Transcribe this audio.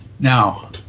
Now